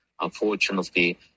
unfortunately